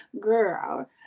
Girl